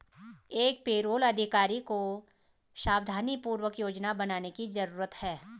एक पेरोल अधिकारी को सावधानीपूर्वक योजना बनाने की जरूरत है